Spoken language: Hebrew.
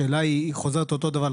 השאלה חוזרת על אותו הדבר,